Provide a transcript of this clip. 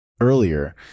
earlier